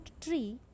tree